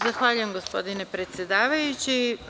Zahvaljujem, gospodine predsedavajući.